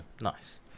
Nice